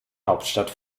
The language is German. hauptstadt